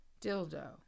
dildo